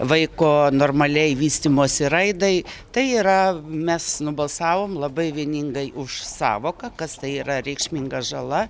vaiko normaliai vystymosi raidai tai yra mes nubalsavom labai vieningai už sąvoką kas tai yra reikšminga žala